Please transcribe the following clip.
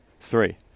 Three